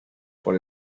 por